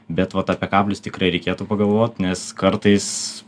bet vot apie kablius tikrai reikėtų pagalvot nes kartais